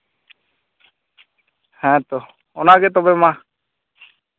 ᱦᱮᱸᱛᱚ ᱚᱱᱟ ᱜᱮ ᱛᱚᱵᱮ ᱢᱟ